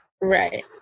Right